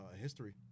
history